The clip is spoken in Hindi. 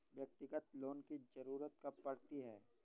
व्यक्तिगत लोन की ज़रूरत कब पड़ती है?